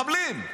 מחבלים.